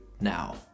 now